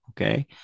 Okay